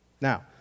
Now